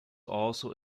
also